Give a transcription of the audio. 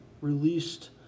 Released